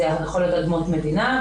אלה יכולות להיות אדמות מדינה,